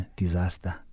disaster